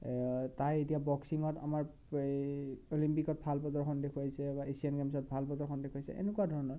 তাই এতিয়া বক্সিংত আমাৰ অলিম্পিকত ভাল প্ৰদৰ্শন দেখুৱাইছে বা এছিয়ান গেমছত ভাল প্ৰদৰ্শন দেখুৱাইছে এনেকুৱা ধৰণৰ